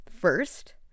first